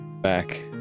back